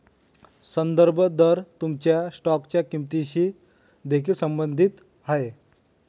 संदर्भ दर तुमच्या स्टॉकच्या किंमतीशी देखील संबंधित आहे